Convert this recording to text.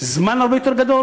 הרבה יותר זמן,